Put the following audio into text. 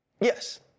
Yes